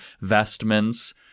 vestments